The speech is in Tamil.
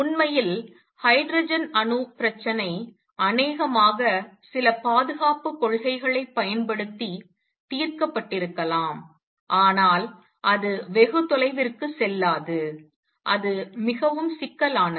உண்மையில் ஹைட்ரஜன் அணு பிரச்சனை அநேகமாக சில பாதுகாப்பு கொள்கைகளைப் பயன்படுத்தி தீர்க்கப்பட்டிருக்கலாம் ஆனால் அது வெகு தொலைவிற்கு செல்லாது அது மிகவும் சிக்கலானது